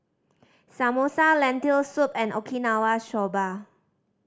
Samosa Lentil Soup and Okinawa Soba